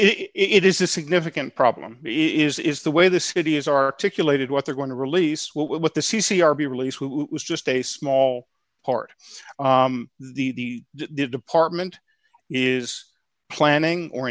it is a significant problem is the way the city has articulated what they're going to release what the c c r be released who was just a small part the department is planning or